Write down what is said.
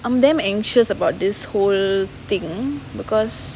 I'm damn anxious about this whole thing because